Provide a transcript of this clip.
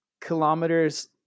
kilometers